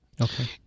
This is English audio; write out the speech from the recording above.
Okay